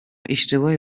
اشتباهی